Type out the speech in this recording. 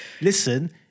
Listen